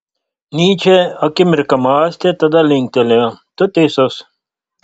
nyčė akimirką mąstė tada linktelėjo tu teisus